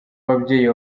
w’ababyeyi